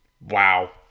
Wow